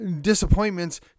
disappointments